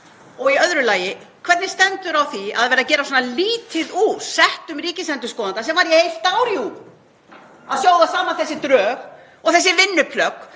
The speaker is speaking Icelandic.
Og í öðru lagi: Hvernig stendur á því að vera að gera svona lítið úr settum ríkisendurskoðanda, sem var jú í eitt ár að sjóða saman þessi drög og þessi vinnuplögg,